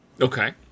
okay